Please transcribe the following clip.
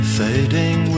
fading